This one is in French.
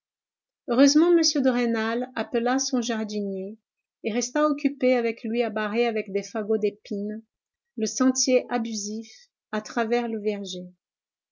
heureusement m de rênal appela son jardinier et resta occupé avec lui à barrer avec des fagots d'épines le sentier abusif à travers le verger